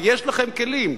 ויש לכם כלים.